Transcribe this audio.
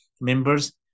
members